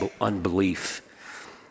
unbelief